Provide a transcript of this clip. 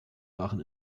waren